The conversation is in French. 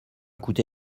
coûté